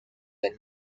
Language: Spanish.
del